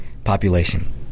Population